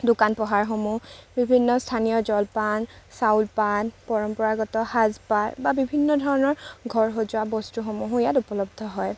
দোকান পোহাৰ সমূহ বিভিন্ন স্থানীয় জলপান চাউল পান পৰম্পৰাগত সাজ পাৰ বা বিভিন্ন ধৰণৰ ঘৰ সজোৱা বস্তু সমূহো ইয়াত উপলব্ধ হয়